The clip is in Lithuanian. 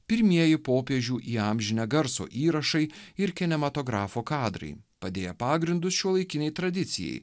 pirmieji popiežių įamžinę garso įrašai ir kinematografo kadrai padėjo pagrindus šiuolaikinei tradicijai